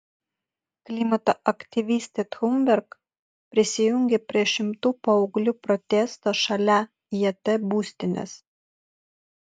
klimato aktyvistė thunberg prisijungė prie šimtų paauglių protesto šalia jt būstinės